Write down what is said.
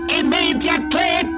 immediately